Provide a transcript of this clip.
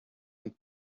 and